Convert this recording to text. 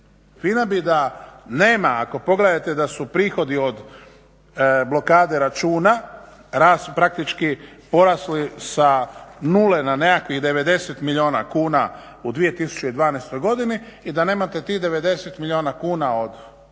FINA bi da nema ako pogledate da su prihodi od blokade računa praktički porasli sa nule na nekakvih 90 milijuna kuna u 2012.godini i da nemate tih 90 milijuna kuna od